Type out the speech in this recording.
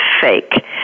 fake